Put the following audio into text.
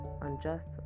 unjust